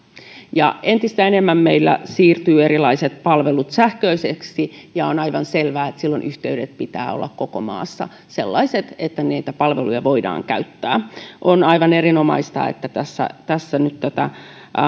ja entistä enemmän meillä siirtyvät erilaiset palvelut sähköisiksi ja on aivan selvää että silloin yhteyksien pitää olla koko maassa sellaiset että niitä palveluja voidaan käyttää on aivan erinomaista että tässä tässä nyt tämä